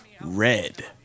red